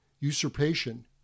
usurpation